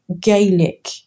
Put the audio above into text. Gaelic